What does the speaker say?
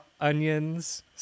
onions